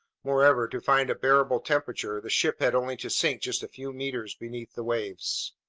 moreover, to find a bearable temperature, the ship had only to sink just a few meters beneath the waves.